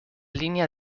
línea